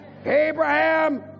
Abraham